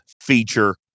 feature